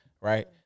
Right